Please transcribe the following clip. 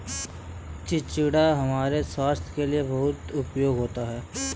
चिचिण्डा हमारे स्वास्थ के लिए बहुत उपयोगी होता है